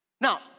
Now